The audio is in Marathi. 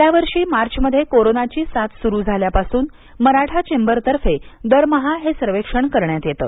गेल्यावर्षी मार्च मध्ये कोरोनाची साथ सूरू झाल्यापासून मराठा चेंबरतर्फे दरमहा हे सर्वेक्षण करण्यात येतं